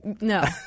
No